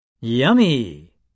Yummy